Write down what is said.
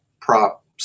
prop